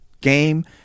game